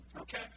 okay